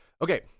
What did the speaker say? Okay